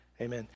Amen